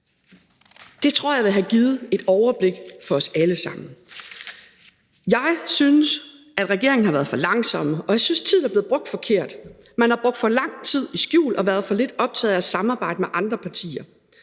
Det tror jeg ville have givet et overblik for os alle sammen. Jeg synes, at regeringen har været for langsom, og jeg synes, at tiden er blevet brugt forkert. Man har brugt for lang tid i skjul og været for lidt optaget af at samarbejde med andre partier.